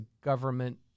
government